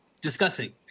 discussing